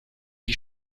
die